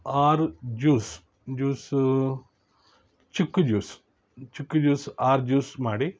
ಆರು juice juice chikoo juice chikoo juice ಆರು juice ಮಾಡಿ